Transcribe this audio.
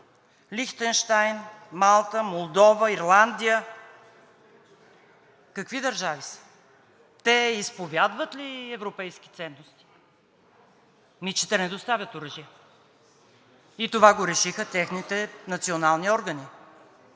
Лихтенщайн, Малта, Молдова, Ирландия какви държави са? Те изповядват ли европейски ценности? Ами, те не доставят оръжие?! И това го решиха техните национални органи!